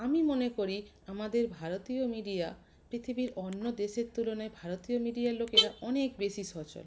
আমি মনে করি আমাদের ভারতীয় মিডিয়া পৃথিবীর অন্য দেশের তুলনায় ভারতীয় মিডিয়ার লোকেরা অনেক বেশি সচল